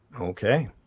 Okay